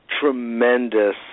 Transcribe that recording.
tremendous